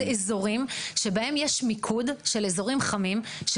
אזורים שבהם יש מיקוד של אזורים חמים,